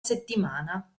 settimana